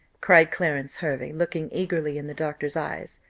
cried clarence hervey, looking eagerly in the doctor's eyes,